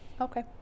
Okay